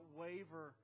waver